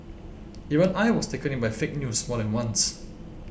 even I was taken in by fake news more than once